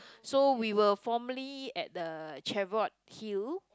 so we were formerly at the Cheviot-Hill